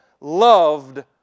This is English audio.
loved